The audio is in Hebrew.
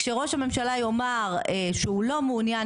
כשראש הממשלה יאמר שהוא לא מעוניין